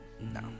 No